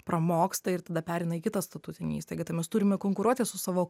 pramoksta ir tada pereina į kitą statutinę įstaigą tai mes turime konkuruoti su savo